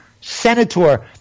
Senator